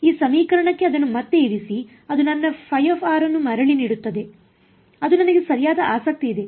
ಈ ಸಮೀಕರಣಕ್ಕೆ ಅದನ್ನು ಮತ್ತೆ ಇರಿಸಿ ಅದು ನನ್ನ ϕ ಅನ್ನು ಮರಳಿ ನೀಡುತ್ತದೆ ಅದು ನನಗೆ ಸರಿಯಾದ ಆಸಕ್ತಿ ಇದೆ